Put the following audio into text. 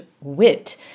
wit